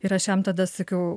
ir aš jam tada sakiau